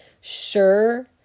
sure